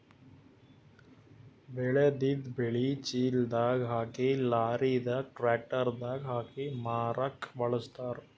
ಬೆಳೆದಿದ್ದ್ ಬೆಳಿ ಚೀಲದಾಗ್ ಹಾಕಿ ಲಾರಿದಾಗ್ ಟ್ರ್ಯಾಕ್ಟರ್ ದಾಗ್ ಹಾಕಿ ಮಾರಕ್ಕ್ ಖಳಸ್ತಾರ್